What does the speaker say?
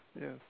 yes